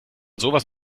sowas